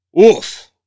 Oof